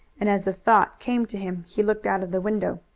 and as the thought came to him he looked out of the window.